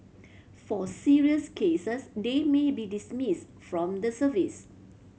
for serious cases they may be dismissed from the service